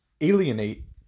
alienate